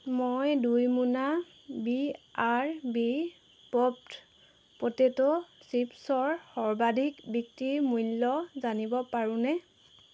মই দুই মোনা B R B popped potato চিপ্ছৰ সৰ্বাধিক বিক্ৰী মূল্য জানিব পাৰোঁনে